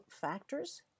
factors